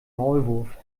maulwurf